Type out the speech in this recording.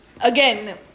Again